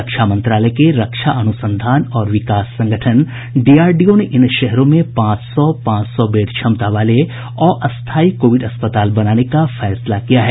रक्षा मंत्रालय के रक्षा अनुसंधान और विकास संगठन डीआरडीओ ने इन शहरों में पांच सौ पांच सौ बेड क्षमता वाले अस्थायी कोविड अस्पताल बनाने का फैसला किया है